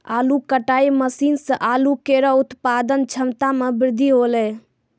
आलू कटाई मसीन सें आलू केरो उत्पादन क्षमता में बृद्धि हौलै